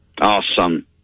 Awesome